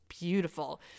beautiful